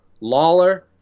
Lawler